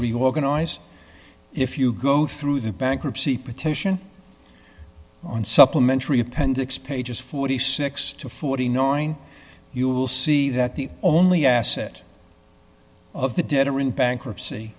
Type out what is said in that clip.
reorganize if you go through the bankruptcy petition on supplementary appendix pages forty six to forty nine you'll see that the only asset of the debtor in bankruptcy